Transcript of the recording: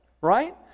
right